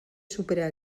superar